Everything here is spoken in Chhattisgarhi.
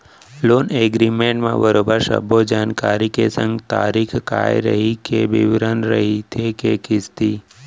लोन एगरिमेंट म बरोबर सब्बो जानकारी के संग तारीख काय रइही के बिबरन रहिथे के किस्ती